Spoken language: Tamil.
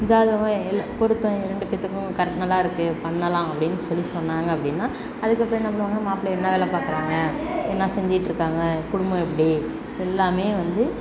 ஜாதகம் எல்லாம் பொருத்தம் ரெண்டு பேர்த்துக்கும் கரெக்ட் நல்லாயிருக்கு பண்ணலாம் அப்படின்னு சொல்லி சொன்னாங்க அப்படின்னா அதுக்கப்புறம் என்ன பண்ணுவாங்க மாப்பிள்ளை என்ன வேலை பார்க்கறாங்க என்ன செஞ்சிட்டுருக்காங்க குடும்பம் எப்படி எல்லாமே வந்து